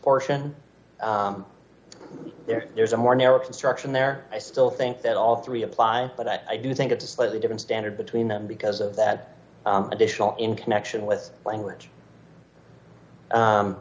portion there is a more narrow construction there i still think that all three apply but i do think it's a slightly different standard between them because of that additional in connection with language